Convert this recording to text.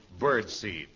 Birdseed